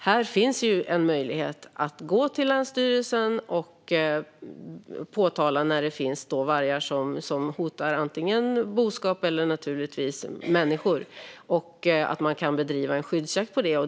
Här finns en möjlighet att vända sig till länsstyrelsen och påpeka att det finns vargar som hotar boskap eller människor och begära att få bedriva skyddsjakt.